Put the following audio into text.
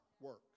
work